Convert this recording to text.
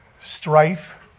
strife